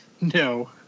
No